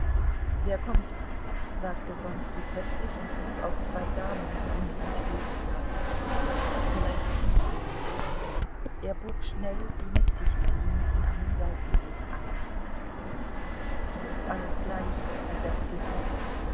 wer kommt da sagte wronski plötzlich und wies auf zwei damen die ihnen entgegenkamen vielleicht kennen sie uns er bog schnell sie mit sich ziehend in einen seitenweg ein ach mir ist alles gleich versetzte sie